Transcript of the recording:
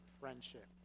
friendship